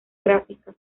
gráfica